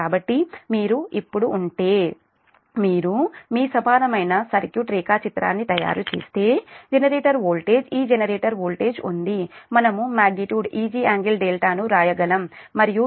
కాబట్టి మీరు ఇప్పుడు ఉంటే మీరు మీ సమానమైన సర్క్యూట్ రేఖాచిత్రాన్ని తయారుచేస్తే జనరేటర్ వోల్టేజ్ ఈ జెనరేటర్ వోల్టేజ్ ఉంది మనము మాగ్నిట్యూడ్ Eg∟δ ను వ్రాయగలము మరియు ఇది J2